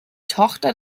tochter